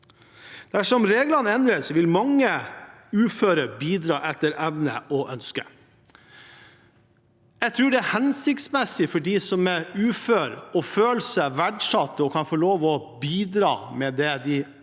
Dersom reglene endres, vil mange uføre kunne bidra etter evne og ønske. Jeg tror det er hensiktsmessig for dem som er uføre, å føle seg verdsatt og å kunne få lov til å bidra med det de ønsker,